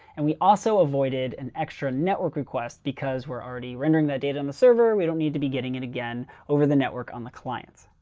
and we also avoided an extra network request because we're already rendering the data on the server. we don't need to be getting it again over the network on the clients.